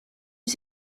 dix